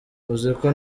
uziko